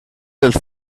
els